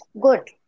Good